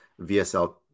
VSL